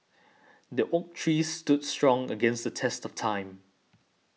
the oak tree stood strong against the test of time